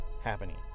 happening